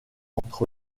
entre